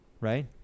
Right